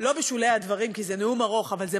לא בשולי הדברים, כי זה נאום ארוך משהו